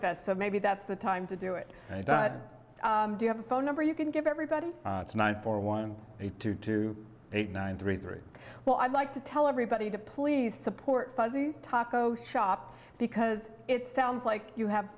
fest so maybe that's the time to do it and i do have a phone number you can give everybody one for one to two eight nine three three well i'd like to tell everybody to please support fuzzy's taco shop because it sounds like you have